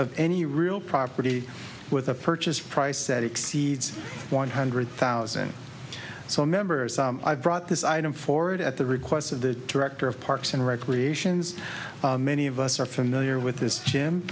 of any real property with a purchase price that exceeds one hundred thousand so members i brought this item forward at the request of the director of parks and recreation many of us are familiar with this